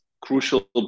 crucial